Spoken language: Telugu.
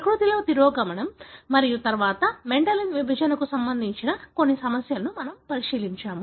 ప్రకృతిలో తిరోగమనం మరియు తరువాత మెండెలియన్ విభజనకు సంబంధించి కొన్ని సమస్యలను మనము పరిశీలించాము